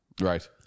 Right